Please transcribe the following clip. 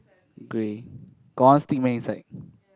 grey got one stick man inside